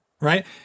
right